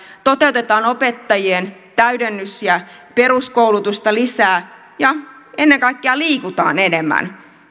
toteutetaan opettajien täydennys ja peruskoulutusta lisää ja ennen kaikkea liikutaan enemmän